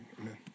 amen